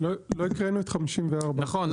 לא הקראנו את 54. נכון,